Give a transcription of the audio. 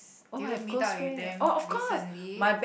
did you meet up with them recently